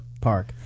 park